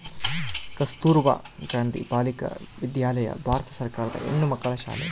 ಕಸ್ತುರ್ಭ ಗಾಂಧಿ ಬಾಲಿಕ ವಿದ್ಯಾಲಯ ಭಾರತ ಸರ್ಕಾರದ ಹೆಣ್ಣುಮಕ್ಕಳ ಶಾಲೆ